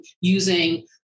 using